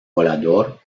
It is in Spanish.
volador